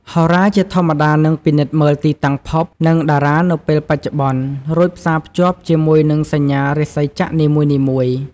ហោរា ជាធម្មតានឹងពិនិត្យមើលទីតាំងភព និងតារានៅពេលបច្ចុប្បន្ន រួចផ្សារភ្ជាប់ជាមួយនឹងសញ្ញារាសីចក្រនីមួយៗ។